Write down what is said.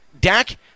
Dak